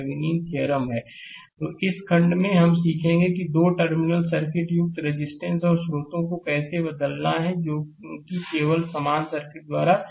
slide समय देखें 2557 तो इस खंड में हम सीखेंगे कि दो टर्मिनल सर्किट युक्त रेजिस्टेंस और स्रोतों को कैसे बदलना है जो कि केवल समान सर्किट द्वारा सीखा गया है